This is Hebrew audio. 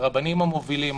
הרבנים המובילים,